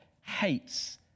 hates